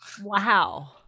Wow